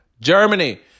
Germany